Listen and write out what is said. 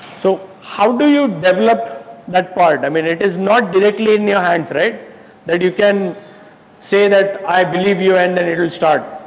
so, how do you develop that part? i mean, it is not directly in your hands that you can say that i believe you and then it will start.